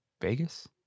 Vegas